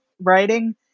writing